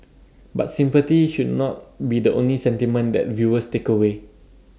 but sympathy should not be the only sentiment that viewers take away